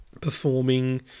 performing